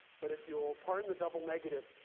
but if you'll pardon the double negative,